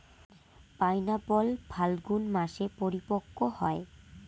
pineapple ফাল্গুন মাসে পরিপক্ব হয়